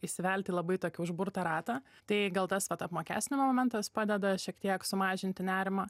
įsivelti labai tokį užburtą ratą tai gal tas vat apmokestinimo momentas padeda šiek tiek sumažinti nerimą